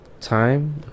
time